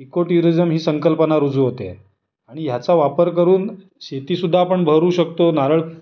eco tourism ही संकल्पना रुजू होते आहे आणि ह्याचा वापर करून शेतीसुद्धा आपण भरू शकतो नारळ